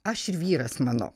aš ir vyras mano